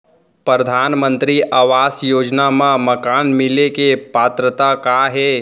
परधानमंतरी आवास योजना मा मकान मिले के पात्रता का हे?